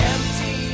Empty